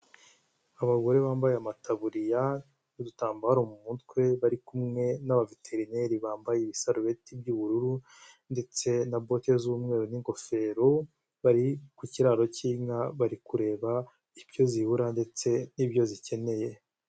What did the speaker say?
Abagore bambaye amataburiya n'udutambaro mu mutwe bari kumwe n'abaveterineri bambaye ibisarubeti by'ubururu ndetse na bote z'umweru n'ingofero bari ku kiraro cy'inka bari kureba ibyo zibura ndetse n'ibyo zikeneye.